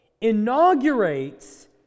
inaugurates